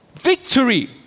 victory